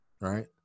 right